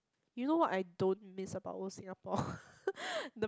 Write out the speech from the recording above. you know what I don't miss about old Singapore the